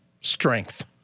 strength